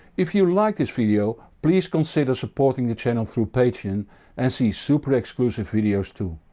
if you liked this video, please consider supporting the channel through patreon and see super exclusive videos too.